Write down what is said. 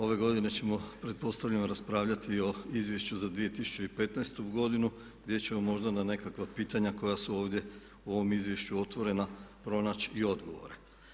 Ove godine ćemo pretpostavljam raspravljati i o Izvješću za 2015. godinu gdje ćemo možda na nekakva pitanja koja su ovdje u ovom izvješću otvorena pronaći i odgovore.